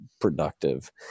productive